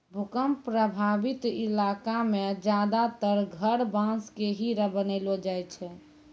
भूकंप प्रभावित इलाका मॅ ज्यादातर घर बांस के ही बनैलो जाय छै